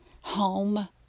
home